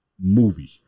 movie